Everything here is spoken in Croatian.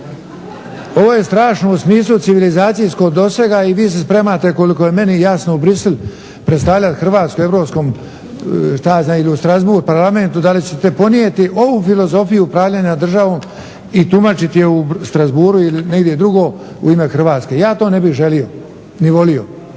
Ovo je strašno u smislu civilizacijskog dosega i vi se spremate koliko je meni jasno u Bruxelles predstavljati Hrvatsku europskom šta ja znam ili u Strasbourg parlamentu. Da li ćete ponijeti ovu filozofiju upravljanja državom i tumačiti je u Strasbourgu ili negdje drugdje u ime Hrvatske. Ja to ne bih želio ni volio!